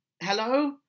hello